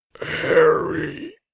Harry